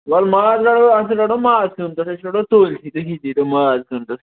وَلہٕ ماز رَٹو اَسہِ چھُ رٹُن ماز سِیُن تہٕ أسۍ رَٹو تُلتھٕے تُہی دیٖتو ماز سِیُن تہِ